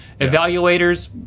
Evaluators